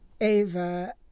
Ava